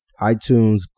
iTunes